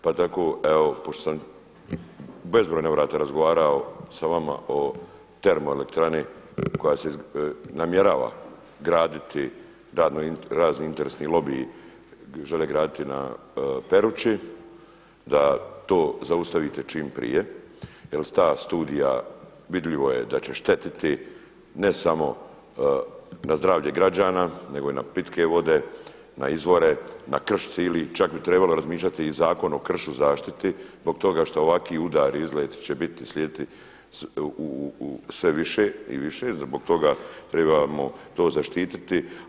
Pa tako evo pošto sam na bezbroj navrata razgovarao sa vama o termoelektrani koja se namjerava graditi razni interesni lobiji žele graditi na Peruči da to zaustavite čim prije jel ta studija vidljivo je da će štetiti ne samo na zdravlje građana nego i na pitke vode, na izvore, na krš cijeli, čak bi trebalo razmišljati i Zakon o kršu zaštiti zbog toga što ovaki udari … uslijediti sve više i više, zbog toga trebamo to zaštititi.